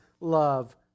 love